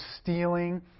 stealing